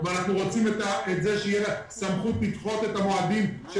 ואנחנו רוצים את זה שתהיה לה סמכות לדחות את המועדים של